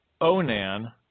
Onan